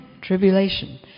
tribulation